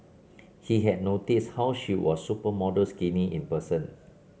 he had noticed how she was supermodel skinny in person